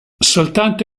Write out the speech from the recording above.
soltanto